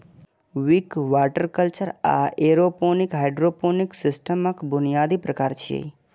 Wick, water culture आ aeroponic hydroponic सिस्टमक बुनियादी प्रकार छियै